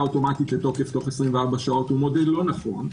אוטומטית לתוקף תוך 24 שעות אינו נכון,